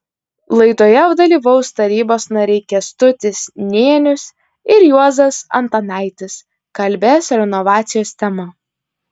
laidoje dalyvaus tarybos nariai kęstutis nėnius ir juozas antanaitis kalbės renovacijos tema